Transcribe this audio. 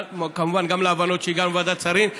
כמובן, גם עם ההבנות שהגענו עם ועדת שרים.